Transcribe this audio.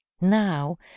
Now